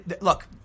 Look